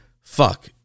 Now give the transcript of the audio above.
fuck